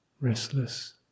restless